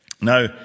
Now